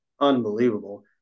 unbelievable